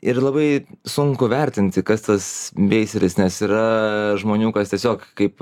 ir labai sunku vertinti kas tas beiseris nes yra žmonių kas tiesiog kaip